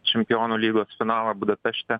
čempionų lygos finalą budapešte